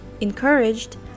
encouraged